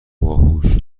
باهوش